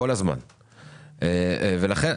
קודם כול,